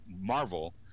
Marvel